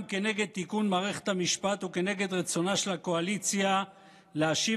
כנגד תיקון מערכת המשפט וכנגד רצונה של הקואליציה להשיב